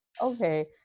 Okay